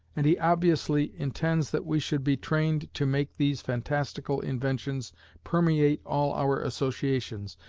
and he obviously intends that we should be trained to make these fantastical inventions permeate all our associations,